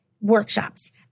workshops